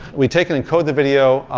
we take and encode the video,